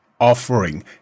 offering